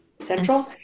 central